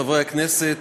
חברי הכנסת,